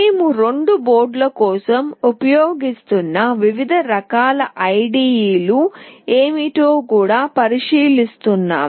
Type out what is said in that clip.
మేము రెండు బోర్డుల కోసం ఉపయోగిస్తున్న వివిధ రకాల IDE లు ఏమిటో కూడా పరిశీలిస్తాము